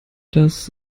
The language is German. das